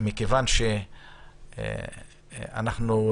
מכיוון שאנחנו,